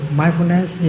mindfulness